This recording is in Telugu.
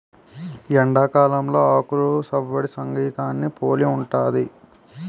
ఎండాకాలంలో ఆకులు సవ్వడి సంగీతాన్ని పోలి ఉంటది